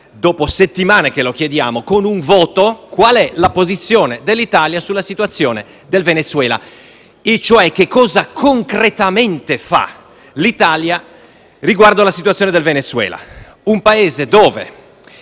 dopo settimane che lo chiediamo, qual è la posizione dell'Italia sulla situazione del Venezuela, e cioè che cosa concretamente fa l'Italia riguardo alla situazione del Venezuela; un Paese in